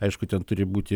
aišku ten turi būti